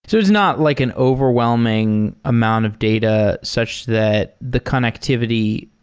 so it's not like an overwhelming amount of data such that the connectivity,